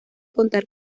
contar